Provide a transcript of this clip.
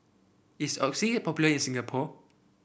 is Oxy popular in Singapore